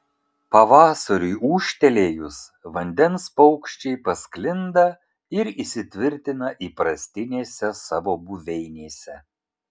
pavasariui ūžtelėjus vandens paukščiai pasklinda ir įsitvirtina įprastinėse savo buveinėse